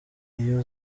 iyo